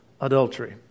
adultery